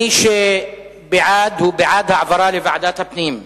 מי שבעד, הוא בעד העברה לוועדת הפנים,